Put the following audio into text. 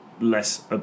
less